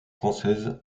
française